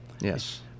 yes